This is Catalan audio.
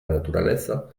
naturalesa